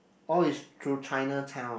oh it's through Chinatown ah